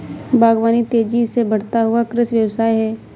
बागवानी तेज़ी से बढ़ता हुआ कृषि व्यवसाय है